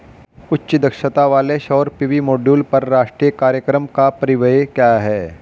उच्च दक्षता वाले सौर पी.वी मॉड्यूल पर राष्ट्रीय कार्यक्रम का परिव्यय क्या है?